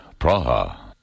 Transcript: Praha